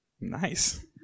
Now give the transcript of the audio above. Nice